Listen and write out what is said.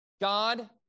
God